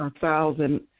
thousand